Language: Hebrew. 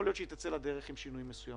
יכול להיות שהיא תצא לדרך בשינויים מסוימים,